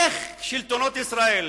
איך שלטונות ישראל,